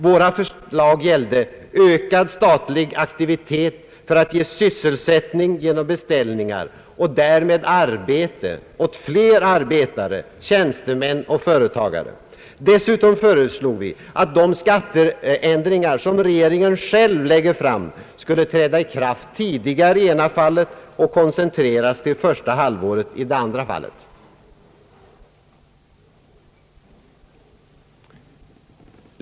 Våra förslag gällde ökad statlig aktivitet för att ge sysselsättning genom beställningar och därmed arbete åt flera arbetare, tjänstemän och företagare. Dessutom föreslog vi att de skatteändringar som regeringen själv lägger fram skulle träda i kraft tidigare i ena fallet och koncentreras till första halvåret i det andra fallet.